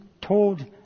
told